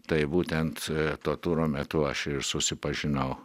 tai būtent to turo metu aš ir susipažinau